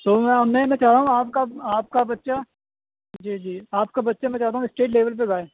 تو ما میم میں چاہ رہا ہوں آپ کا آپ کا بچہ جی جی آپ کا بچہ میں چاہتا ہوں اسٹیٹ لیول پہ گائے